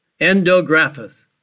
Endographus